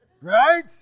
Right